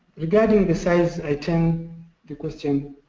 regarding the size i turn the question